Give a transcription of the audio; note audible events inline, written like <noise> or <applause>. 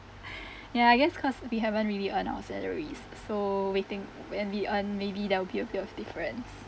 <breath> ya I guess cause we haven't really earn our salaries so waiting when we earn maybe there will be a bit of difference